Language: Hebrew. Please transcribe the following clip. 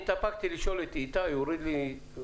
אני התאפקתי לשאול את איתי, הוא הוריד לי את